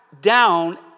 down